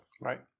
Right